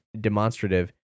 demonstrative